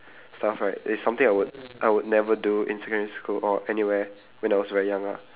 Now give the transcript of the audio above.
stuff right it's something I would I would never do in secondary school or anywhere when I was very young lah